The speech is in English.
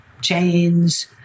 chains